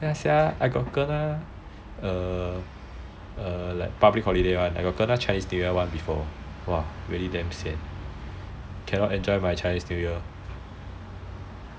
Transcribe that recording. ya sia I got kena err like public holiday [one] I got kena chinese new year [one] before !wah! really damn sian cannot enjoy my chinese new year